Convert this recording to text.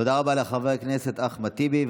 תודה רבה לחבר הכנסת אחמד טיבי.